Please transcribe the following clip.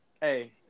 Hey